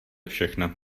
všechno